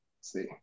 see